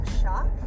shock